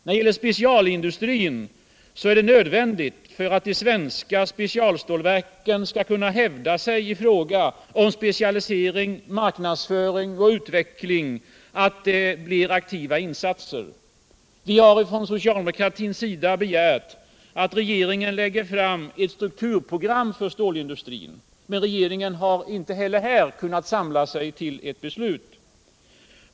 När det gäller specialstålindustrin är det nödvändigt med aktiva insatser för att de svenska specialstålverken skall kunna hävda sig i fråga om specialisering, marknadsföring och utveckling. Socialdemokratin har därför begärt att regeringen lägger fram ett strukturprogram för stålindustrin. Men regeringen har inte heller här kunnat samla sig till ett beslut.